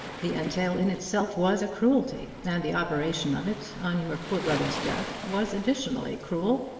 the entail in itself was a cruelty, and the operation of it on your poor brother's death was additionally cruel.